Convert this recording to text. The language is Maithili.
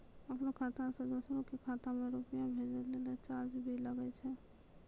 आपनों खाता सें दोसरो के खाता मे रुपैया भेजै लेल चार्ज भी लागै छै?